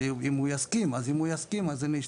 שאם הוא יסכים אני אשתתף.